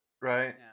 right